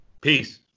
Peace